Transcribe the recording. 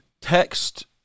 text